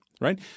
right